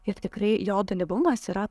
ir tikrai jo dalyvumas yra